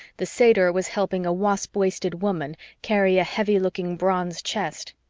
the satyr was helping a wasp-waisted woman carry a heavy-looking bronze chest.